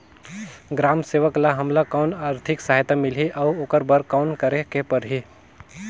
ग्राम सेवक ल हमला कौन आरथिक सहायता मिलही अउ ओकर बर कौन करे के परही?